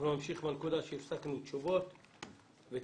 נמשיך בנקודה בה הפסקנו ונקבל תשובות ותיקונים.